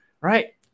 Right